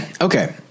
Okay